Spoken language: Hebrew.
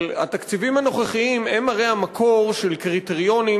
אבל התקציבים הנוכחיים הם הרי המקור של קריטריונים